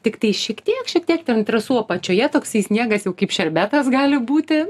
tiktai šiek tiek šiek tiek ten trasų apačioje toksai sniegas jau kaip šerbetas gali būti